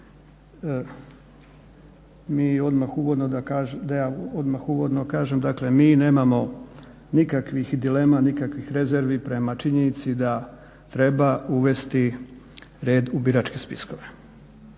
ja odmah uvodno kažem, dakle mi nemamo nikakvih dilema, nikakvih rezervi prema činjenici da treba uvesti red u biračke spiskove.